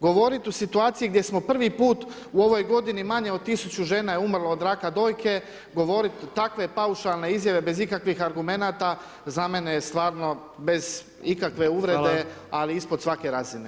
Govorit o situaciji gdje smo prvi put u ovoj godini manje od 1000 žena je umrlo od raka dojke, govoriti takve paušalne izjave bez ikakvih argumenata, za mene je stvarno bez ikakve uvrede ali ispod svake razine.